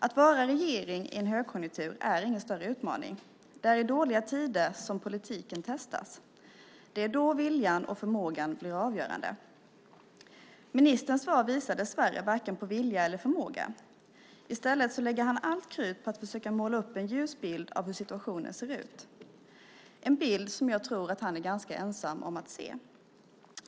Att vara regering i en högkonjunktur är ingen större utmaning. Det är i dåliga tider som politiken testas. Det är då viljan och förmågan blir avgörande. Ministerns svar visar dessvärre varken på vilja eller på förmåga. I stället lägger han allt krut på att försöka måla upp en ljus bild av hur situationen ser ut, en bild som jag tror att han är ganska ensam om att se.